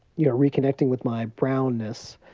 you know, reconnecting with my brownness.